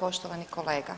Poštovani kolega,